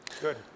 Good